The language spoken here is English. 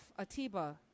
Atiba